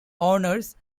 owners